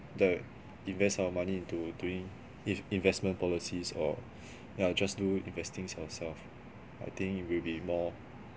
the invest our money into doing in~ investment policies or yeah just do investings ourself I think it will be more